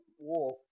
wolf